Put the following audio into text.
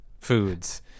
foods